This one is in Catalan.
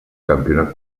campionat